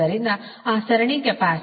ಮುಂದಿನದು ಆ ಸರಣಿ ಕೆಪಾಸಿಟರ್